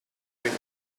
where